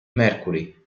mercury